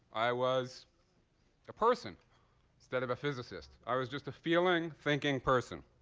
i was a person instead of a physicist. i was just a feeling, thinking person.